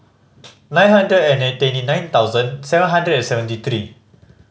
nine hundred and twenty nine thousand seven hundred and seventy three